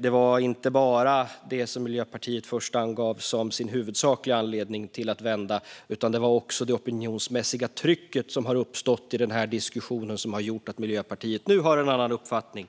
Det var inte bara det som Miljöpartiet först angav som sin huvudsakliga anledning till att vända, utan det var också det opinionsmässiga trycket som har uppstått i den här diskussionen som har gjort att Miljöpartiet nu har en annan uppfattning.